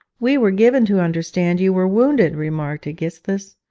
we were given to understand you were wounded remarked aegisthus.